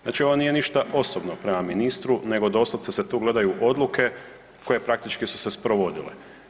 Znači ovo nije ništa osobno prema ministru nego doslovce se tu gledaju odluke koje praktički su se sprovodile.